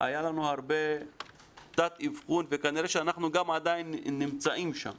היה הרבה תת אבחון וכנראה שאנחנו עדיין נמצאים שם